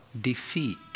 defeat